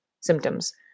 symptoms